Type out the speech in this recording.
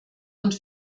und